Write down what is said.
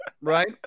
right